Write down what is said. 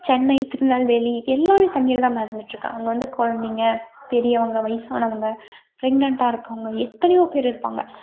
சென்னை திருநெல்வேலி எல்லாமே தண்ணியில் தான் மிதந்துட்டுருக்காங்க அங்கே வந்து குழந்தைங்க பெரியவங்கள் வயதானவங்க ப்ரெக்னன்ட்டாக இருக்கவங்க எத்தனையோ பேர் இருப்பாங்க